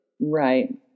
Right